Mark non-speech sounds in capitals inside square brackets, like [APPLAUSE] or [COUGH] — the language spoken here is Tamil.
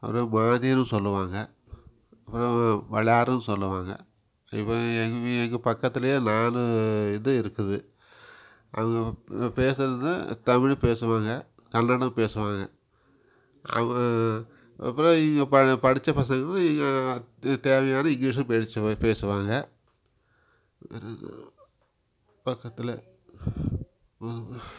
அப்புறம் [UNINTELLIGIBLE] சொல்லுவாங்க அப்புறம் வளையாருன்னு சொல்லுவாங்க [UNINTELLIGIBLE] எங்க வீ எங்கள் பக்கத்தில் நாலு இது இருக்குது அது ப பேசுவது தமிழ் பேசுவாங்க கன்னடம் பேசுவாங்க அவன் அப்புறம் இங்கே பா படித்த பசங்களும் இ தி தேவையான இங்கிலீஷும் பேசுவ பேசுவாங்க பக்கத்தில்